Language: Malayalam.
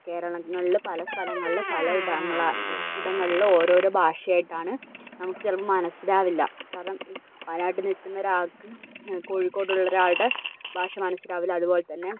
കേരളങ്ങളിൽ പല സ്ഥലങ്ങളിൽ പലയിടങ്ങളിൽ ഓരോരോ ഭാഷയായിട്ടാണ് നമുക്ക് ചിലപ്പം മനസ്സിലാവില്ല കാരണം വയനാട്ടിൽ നിൽക്കുന്നൊരാൾക്ക് കോഴിക്കോടുള്ളൊരാളുടെ ഭാഷ മനസ്സിലാവില്ല അതുപോലെത്തന്നെ